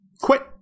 quit